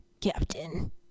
Captain